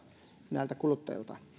kuluttajilta